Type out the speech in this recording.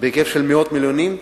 בהיקף של מאות מיליונים,